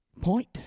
Point